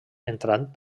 entrant